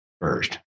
first